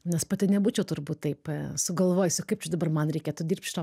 nes pati nebūčiau turbūt taip sugalvojusi o kaip čia dabar man reikėtų dirbt šitą